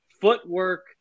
footwork